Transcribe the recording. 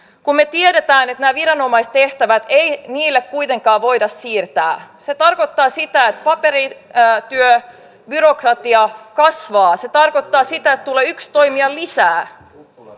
kun me tiedämme että näitä viranomaistehtäviä ei voida niille kuitenkaan siirtää se tarkoittaa sitä että paperityöbyrokratia kasvaa se tarkoittaa sitä että tulee yksi toimija lisää